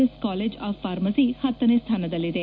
S college of pharmacy ಪತ್ತನೇ ಸ್ಥಾನದಲ್ಲಿದೆ